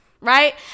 right